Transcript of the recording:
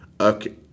Okay